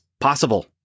possible